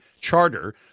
charter